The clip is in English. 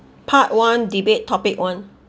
part one debate topic one